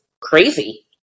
crazy